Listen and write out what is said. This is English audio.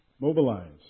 Mobilize